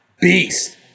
beast